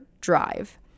drive